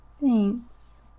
Thanks